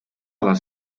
les